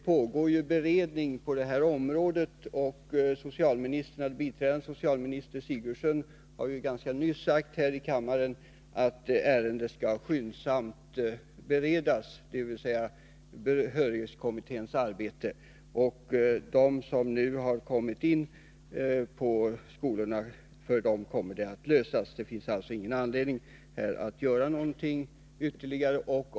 På det området pågår beredning, och biträdande socialministern Sigurdsen har nyligen här i kammaren sagt att ärendet skall beredas skyndsamt, dvs. att behörighetskommitténs arbete skall bedrivas skyndsamt. För dem som har kommit in på skolorna kommer problemen att lösas. Det finns alltså ingen anledning att göra någonting ytterligare.